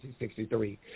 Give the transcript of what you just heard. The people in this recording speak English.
1963